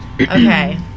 Okay